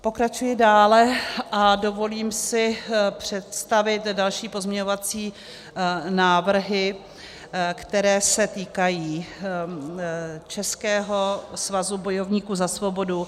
Pokračuji dále a dovolím si představit další pozměňovací návrhy, které se týkají Českého svazu bojovníků za svobodu.